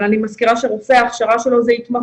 אבל אני מזכירה שההכשרה של רופא זה התמחות,